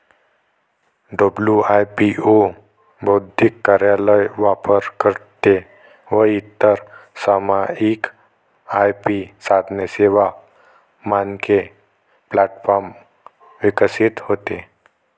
WIPO बौद्धिक कार्यालय, वापरकर्ते व इतर सामायिक आय.पी साधने, सेवा, मानके प्लॅटफॉर्म विकसित होते